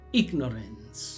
ignorance